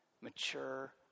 mature